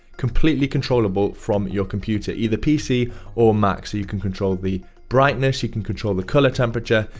completely controllable from your computer, either pc or mac. so, you can control the brightness, you can control the color temperature.